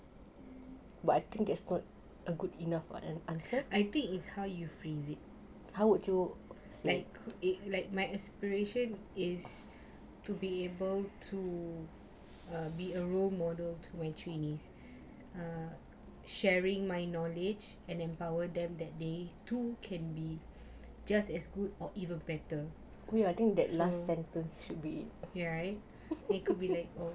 I think it's how you phrase it if like my aspiration is to be able to be a role model when trainees ah sharing my knowledge and empower them that they too can be just as good or even better so it should be your it could be like oh